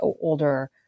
older